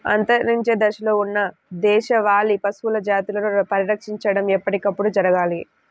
అంతరించే దశలో ఉన్న దేశవాళీ పశువుల జాతులని పరిరక్షించడం ఎప్పటికప్పుడు జరగాలి